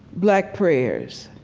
black prayers